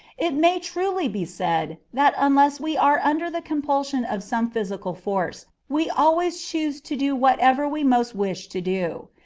it may truly be said that unless we are under the compulsion of some physical force, we always choose to do whatever we most wish to do.